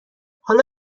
حالا